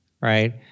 right